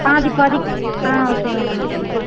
பாதி பாதி ஆ ஓகே மேடம் ஓகே மேடம்